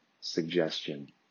suggestion